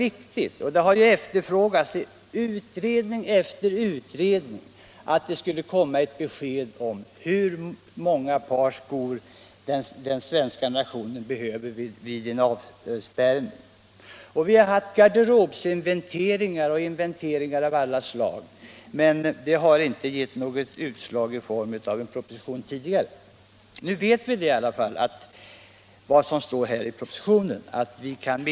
I utredning efter utredning har begärts besked om hur många par skor den svenska nationen behöver vid en avspärrning. Vi har haft garderobsinventeringar och inventeringar av alla slag, men de har inte tidigare resulterat i någon proposition.